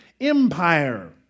empire